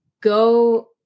go